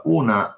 una